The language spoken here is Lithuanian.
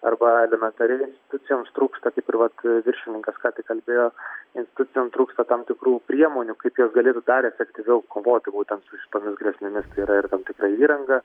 arba elementariai tucijoms trūksta kaip ir vat viršininkas kątik kalbėjo institucijom trūksta tam tikrų priemonių kaip jos galėtų dar efektyviau kovoti būtent su šitomis grėsmėmis tai yra ir tam tikra įranga